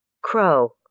Crow